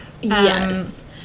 Yes